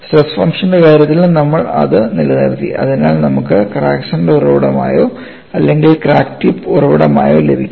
stress ഫംഗ്ഷന്റെ കാര്യത്തിൽ നമ്മൾ അത് നിലനിർത്തി അതിനാൽ നമുക്ക് ക്രാക്ക് സെന്റർ ഉറവിടം ആയോ അല്ലെങ്കിൽ ക്രാക്ക് ടിപ്പ് ഉറവിടമായോ ലഭിക്കും